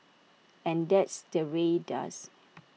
and that's the Rae does